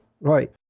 Right